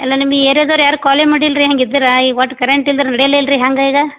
ಅಲ್ಲ ನಿಮಗ್ ಏರಿಯಾದವ್ರು ಯಾರೂ ಕಾಲೇ ಮಾಡಿಲ್ಲ ರೀ ಹ್ಯಾಂಗಿದ್ದರೆ ಈಗ ಒಟ್ಟು ಕರೆಂಟ್ ಇಲ್ದಿರೆ ನಡ್ಯಲ್ಲ ಅಲ್ರೀ ಹ್ಯಾಂಗೆ ಈಗ